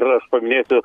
ir aš paminėsiu